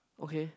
okay